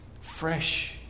fresh